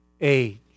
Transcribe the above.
age